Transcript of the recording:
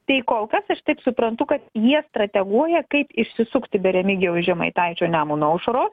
tai kol kas aš taip suprantu kad jie strateguoja kaip išsisukti be remigijaus žemaitaičio nemuno aušros